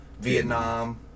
Vietnam